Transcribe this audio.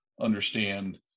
understand